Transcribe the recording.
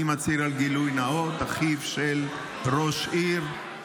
אני מצהיר על גילוי נאות: אחיו של ראש עיר,